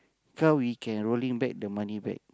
felt we can rolling back the money back